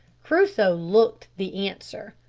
crusoe looked the answer,